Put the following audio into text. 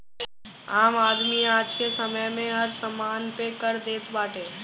आम आदमी आजके समय में हर समान पे कर देत बाटे